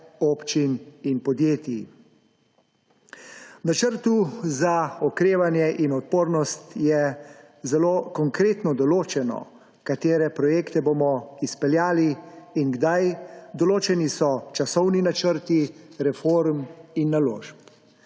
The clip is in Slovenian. občin in podjetij. V Načrtu za okrevanje in odpornost je zelo konkretno določeno, katere projekte bomo izpeljali in kdaj, določeni so časovni načrti reform in naložb.